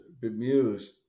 bemused